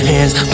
Hands